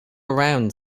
around